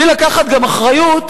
בלי לקחת גם אחריות,